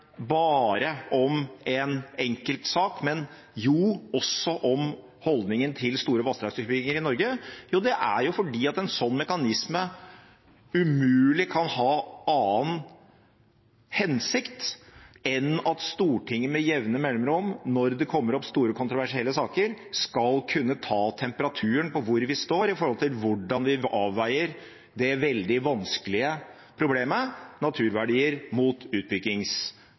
bare om en enkeltsak, men også om holdningen til store vassdragsutbygginger i Norge? Jo, det er fordi en slik mekanisme umulig kan ha en annen hensikt enn at Stortinget med jevne mellomrom når det kommer opp store kontroversielle saker, skal kunne ta temperaturen på hvor vi står når det gjelder å avveie det veldig vanskelige problemet naturverdier mot